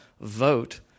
vote